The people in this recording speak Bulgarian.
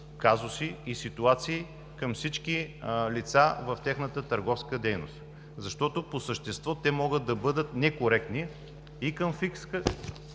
казуси и ситуации към всички лица в тяхната търговска дейност. Защото по същество те могат да бъдат некоректни и към фиска,